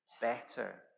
better